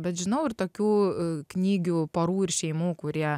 bet žinau ir tokių knygių porų ir šeimų kurie